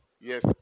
Yes